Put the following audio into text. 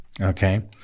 Okay